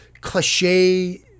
cliche